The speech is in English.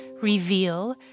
reveal